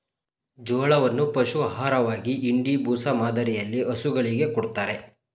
ಜೋಳವನ್ನು ಪಶು ಆಹಾರವಾಗಿ ಇಂಡಿ, ಬೂಸ ಮಾದರಿಯಲ್ಲಿ ಹಸುಗಳಿಗೆ ಕೊಡತ್ತರೆ